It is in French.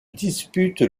dispute